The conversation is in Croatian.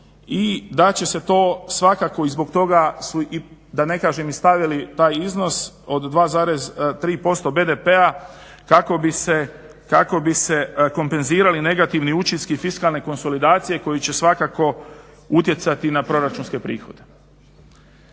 i da će se to svakako i zbog toga su i da ne kažem i stavili taj iznos od 2,3% BDP-a kako bi se kompenzirali negativni učinci fiskalne konsolidacije koji će svakako utjecati i na proračunske prihode.